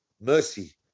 mercy